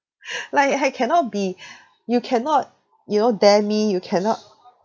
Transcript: like I cannot be you cannot you know dare me you cannot